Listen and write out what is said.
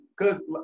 cause